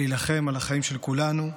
להילחם על החיים של כולנו.